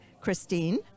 Christine